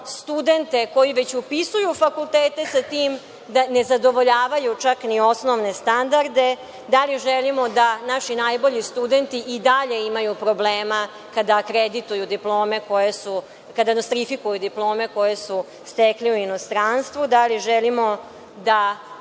studente koji već upisuju fakultete sa tim da nezadovoljavaju, čak ni osnovne standarde? Da li želimo da naši najbolji studenti i dalje imaju problema kada akredituju diplome koje su, kada nostrifikuju diplome koje su stekli u inostranstvu? Da li želimo da